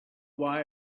why